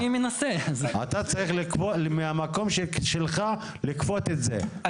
אתה צריך מהמקום שלך לכפות את זה,